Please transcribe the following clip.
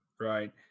right